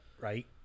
right